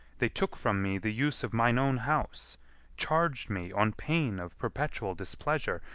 they took from me the use of mine own house charged me on pain of perpetual displeasure,